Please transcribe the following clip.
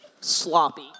sloppy